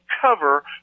cover